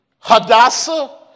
Hadassah